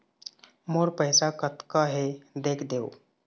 मोर पैसा कतका हे देख देव?